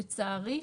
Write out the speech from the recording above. לצערי,